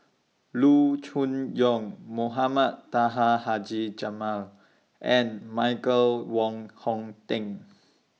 Loo Choon Yong Mohamed Taha Haji Jamil and Michael Wong Hong Teng